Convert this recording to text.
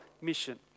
mission